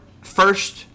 first